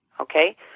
okay